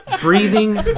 Breathing